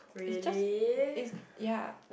it's just ya